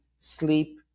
sleep